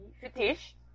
fetish